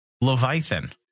Leviathan